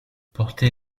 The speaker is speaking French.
portée